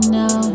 now